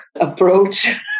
approach